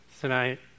tonight